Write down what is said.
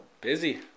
busy